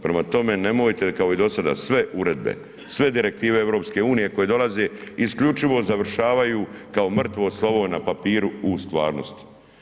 Prema tome, nemojte kao i do sada, sve uredbe, sve direktive EU koje dolaze isključivo završavaju kao mrtvo slovo na papiru u stvarnosti.